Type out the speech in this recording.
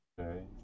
Okay